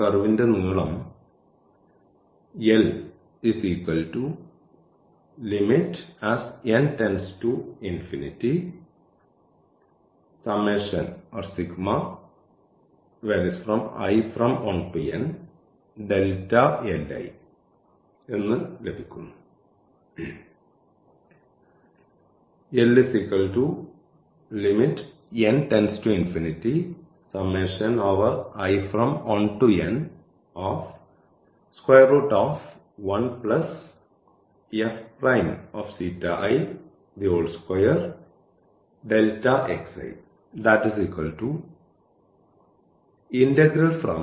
കർവിന്റെ നീളം